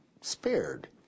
spared